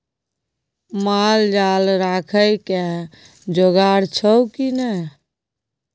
माल जाल राखय के जोगाड़ छौ की नै